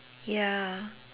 ya